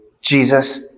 Jesus